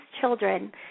children –